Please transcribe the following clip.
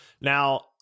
Now